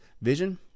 vision